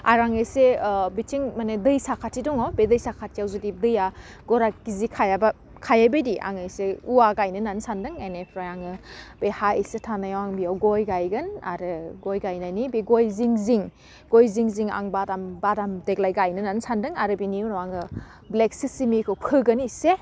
आरो आं एसे बिथिं माने दै साखाथि दङ बे दै साखाथियाव जुदि दैआ गराग गिजि खायाबा खायैबायदि आङो एसे औवा गायनो होन्नानै सानदों एनिफ्राय आङो बे हा एसे थानायाव आं बेयाव गय गायगोन आरो गय गायनायनि बे गय जिं जिं गय जिं जिं आं बादाम बादाम देग्लाय गायनो होन्नानै सानदों आरो बेनि उनाव आङो ब्लेकसि सिमिखौ फोगोन एसे